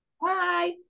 Bye